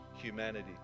humanity